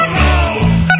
no